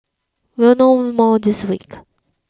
we'll know more this week